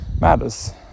matters